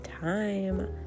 time